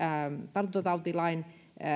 tartuntatautilain